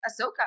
Ahsoka